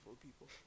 people